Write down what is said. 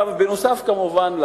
בנוסף, כמובן,